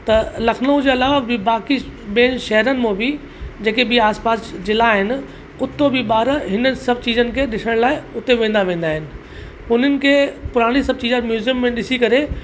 त लखनऊ जे अलावा बि बाकी ॿियनि शहरनि मां बि जेके बि आस पास जिला आहिनि उतां बि ॿार हिन सभु चीजनि खे ॾिसण लाइ उते वेंदा वेंदा आहिनि हुननि खे पुराणी सभु चीज़ां म्यूज़ियम में ॾिसी करे